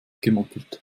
gemoppelt